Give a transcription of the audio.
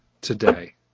today